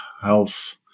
health